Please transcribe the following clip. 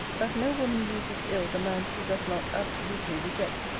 that no woman uses ill the man she does not absolutely reject,